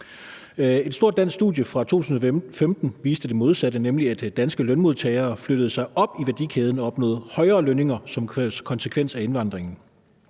Et stort dansk studie fra 2015 viste det modsatte, nemlig at danske lønmodtagere flyttede sig op i værdikæden og opnåede højere lønninger som konsekvens af indvandringen.